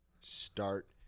start